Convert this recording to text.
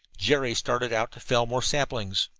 jerry started out to fell more saplings.